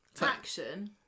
Action